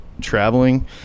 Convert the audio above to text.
traveling